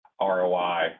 ROI